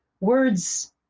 Words